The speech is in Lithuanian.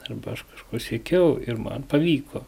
arba aš kažko siekiau ir man pavyko